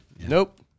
Nope